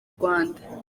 rwanda